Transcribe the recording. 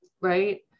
right